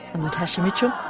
and natasha mitchell,